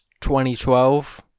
2012